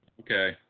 Okay